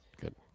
Good